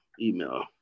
email